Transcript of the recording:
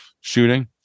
shooting